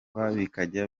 bikajya